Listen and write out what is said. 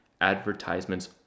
advertisements